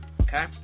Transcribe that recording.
Okay